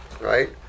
right